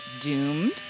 doomed